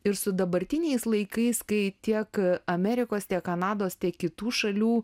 ir su dabartiniais laikais kai tiek amerikos tiek kanados tiek kitų šalių